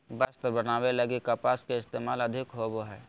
वस्त्र बनावे लगी कपास के इस्तेमाल अधिक होवो हय